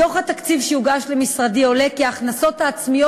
מדוח התקציב שהוגש למשרדי עולה כי ההכנסות העצמיות